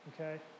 okay